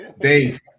Dave